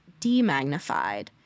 demagnified